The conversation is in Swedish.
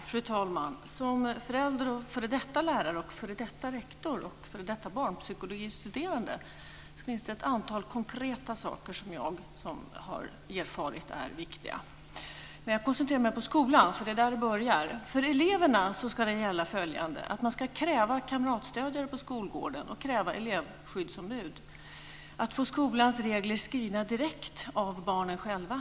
Fru talman! Som förälder, f.d. lärare, f.d. rektor och f.d. barnpsykologistuderande finns det ett antal konkreta saker som jag har erfarit är viktiga. Men jag koncentrerar mig på skolan, eftersom det är där det börjar. För eleverna ska följande gälla. Man ska kräva kamratstödjare på skolgården, och man ska kräva elevskyddsombud. Skolans regler ska skrivas direkt av barnen själva.